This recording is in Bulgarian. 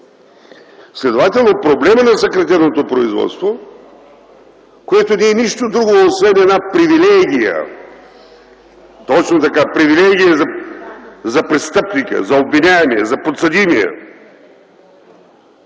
Следователно проблемът на съкратеното производство, което не е нищо друго освен една привилегия (шум и реплики), точно така, привилегия за престъпника, за обвиняемия, за подсъдимия,